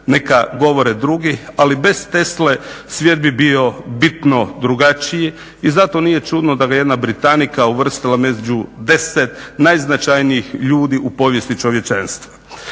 neka govore drugi, ali bez Tesle svijet bi bio bitno drugačiji i zato nije čudno da ga je jedna Britannica uvrstila među 10 najznačajnijih ljudi u povijesti čovječanstva.